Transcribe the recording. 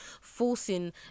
forcing